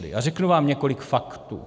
A řeknu vám několik faktů.